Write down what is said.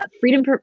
freedom